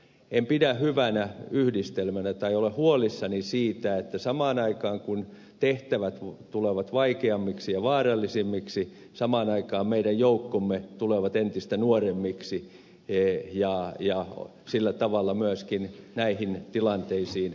en pidä hyvänä yhdistelmänä tai olen huolissani siitä että samaan aikaan kun tehtävät tulevat vaikeammiksi ja vaarallisemmiksi meidän joukkomme tulevat entistä nuoremmiksi ja sillä tavalla myöskin näihin tilanteisiin kokemattomammiksi